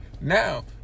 Now